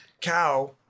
cow